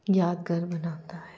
ਯਾਦਗਾਰ ਬਣਾਉਂਦਾ ਹੈ